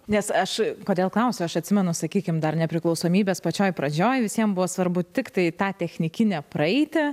nes aš kodėl klausiu aš atsimenu sakykim dar nepriklausomybės pačioj pradžioj visiem buvo svarbu tiktai tą technikinę praeiti